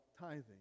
tithing